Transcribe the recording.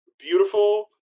beautiful